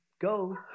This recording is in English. go